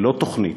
ללא תוכנית,